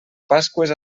pasqües